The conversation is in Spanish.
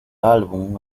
álbum